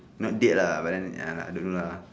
not date ah but then uh I don't know lah